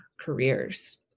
careers